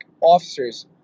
officers